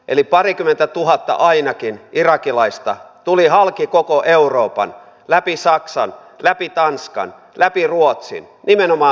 eli parikymmentätuhatta ainakin irakilaista tuli halki koko euroopan läpi saksan läpi tanskan läpi ruotsin nimenomaan suomeen